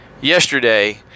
Yesterday